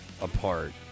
apart